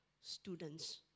students